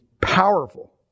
powerful